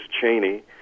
Cheney